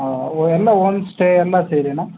ಹಾಂ ಎಲ್ಲ home stay ಎಲ್ಲ ಸೇರಿನಾ